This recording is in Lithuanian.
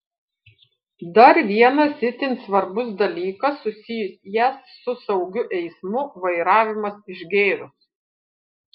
dar vienas itin svarbus dalykas susijęs su saugiu eismu vairavimas išgėrus